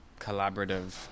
collaborative